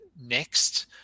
next